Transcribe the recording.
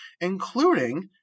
including